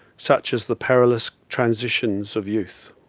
such as the perilous transitions of youth.